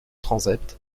transept